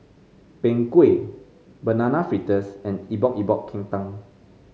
Png Kueh Banana Fritters and Epok Epok Kentang